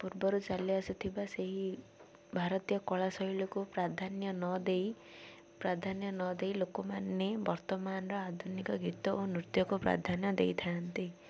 ପୂର୍ବରୁ ଚାଲି ଆସୁଥିବା ସେହି ଭାରତୀୟ କଳାଶୈଳୀକୁ ପ୍ରାଧାନ୍ୟ ନ ଦେଇ ପ୍ରାଧାନ୍ୟ ନ ଦେଇ ଲୋକମାନେ ବର୍ତ୍ତମାନର ଆଧୁନିକ ଗୀତ ଓ ନୃତ୍ୟକୁ ପ୍ରାଧାନ୍ୟ ଦେଇଥାନ୍ତି